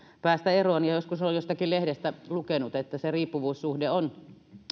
päästä eroon joskus olen jostakin lehdestä lukenut että se riippuvuussuhde on